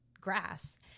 grass